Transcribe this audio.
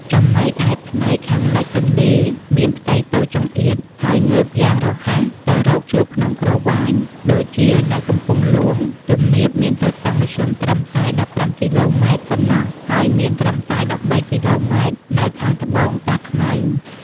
ចំណែកឯផ្នែកខាងលិចទន្លេ មានផ្ទៃតូចចង្អៀត ហើយងើបយ៉ាងរហ័សទៅរកជួរភ្នំក្រវាញ ដូចជានៅកំពង់ហ្លួង ទំនាបមានទទឹងមធ្យមត្រឹមតែ ១៥ គីឡូម៉ែត្រប៉ុណ្ណោះ ហើយមានត្រឹមតែ ១៣ គីឡូម៉ែត្រនៅខាងត្បូងតាខ្មៅ។